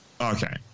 Okay